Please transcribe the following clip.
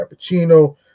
Cappuccino